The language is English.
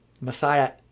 Messiah